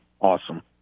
awesome